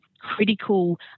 critical